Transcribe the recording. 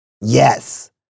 Yes